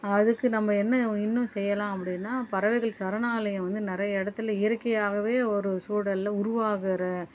அதுக்கு நம்ம என்ன இன்னும் செய்யலாம் அப்படின்னா பறவைகள் சரணாலயம் வந்து நிறைய இடத்துல இயற்கையாகவே ஒரு சூழல்ல உருவாகிற